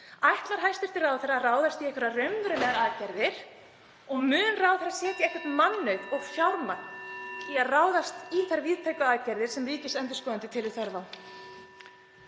Ætlar hæstv. ráðherra að ráðast í einhverjar raunverulegar aðgerðir? Mun ráðherra setja einhvern mannauð og fjármagn í að ráðast í þær víðtæku aðgerðir sem ríkisendurskoðandi telur þörf